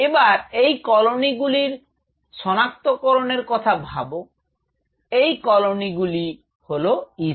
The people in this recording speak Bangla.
এবার এই কলোনিগুলির সনাক্তকরনের কথা ভাব এই কলনিগুলি হল ECM